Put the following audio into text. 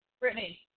Brittany